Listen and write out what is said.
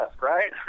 right